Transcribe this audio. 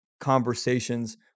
conversations